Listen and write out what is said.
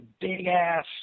big-ass